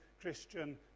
Christian